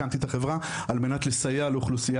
הקמתי את החברה על מנת לסייע לאוכלוסיית